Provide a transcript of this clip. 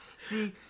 See